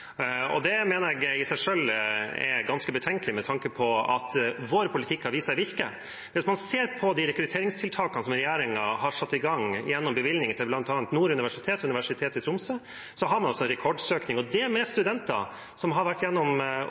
Det mener jeg i seg selv er ganske betenkelig med tanke på at vår politikk har vist seg å virke. Hvis man ser på de rekrutteringstiltakene som regjeringen har satt i gang gjennom bevilgninger til Nord universitet og Universitetet i Tromsø, har de ført til at man har rekordsøkning, og det av studenter som har vært